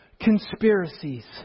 conspiracies